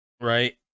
right